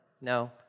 no